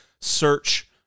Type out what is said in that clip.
Search